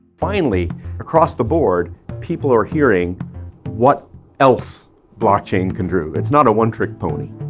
finally across the board people are hearing what else blockchain can do, it's not a one-trick pony,